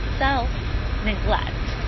self-neglect